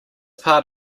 part